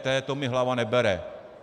To mi hlava nebere.